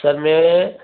sir मैं